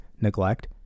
neglect